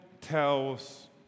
tells